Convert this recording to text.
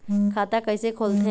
खाता कइसे खोलथें?